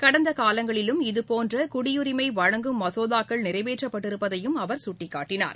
கடந்த காலங்களிலும் இதபோன்ற குடியுரிமை வழங்கும் மசோதாக்கள் நிறைவேற்றப்பட்டிருப்பதையும் அவர் குட்டிக்காட்டினார்